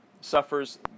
suffers